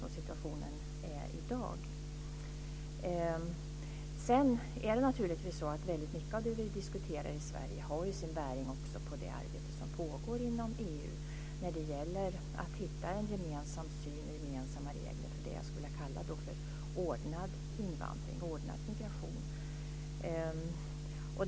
Mycket av det som vi diskuterar i Sverige har sin bäring på det arbete som pågår inom EU när det gäller att hitta en gemensam syn och gemensamma regler för det som jag vill kalla för ordnad invandring, ordnad migration.